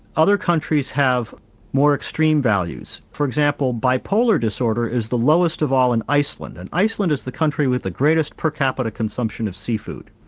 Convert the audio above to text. other countries have more extreme values, for example bipolar disorder is the lowest of all in iceland, and iceland is the country with the greatest per capita consumption of seafood.